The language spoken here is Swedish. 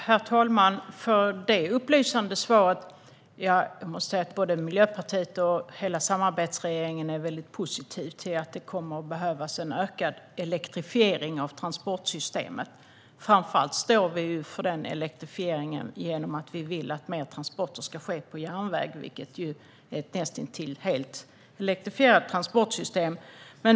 Herr talman! Tack, Robert Halef, för det upplysande svaret! Både Miljöpartiet och hela samarbetsregeringen är positiv till en ökad elektrifiering av transportsystemet. Framför allt står vi för den elektrifieringen genom att vi vill att fler transporter ska ske på järnväg, vilket ju är ett näst intill helt elektrifierat transportsystem.